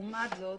לעומת זאת,